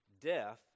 death